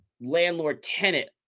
landlord-tenant